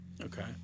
Okay